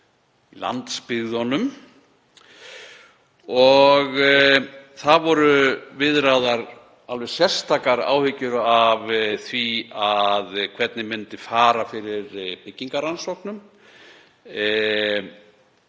landsbyggðunum. Það voru viðraðar alveg sérstakar áhyggjur af því hvernig myndi fara fyrir byggingarrannsóknum